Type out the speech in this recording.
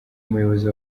umuyobozi